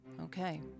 Okay